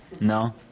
No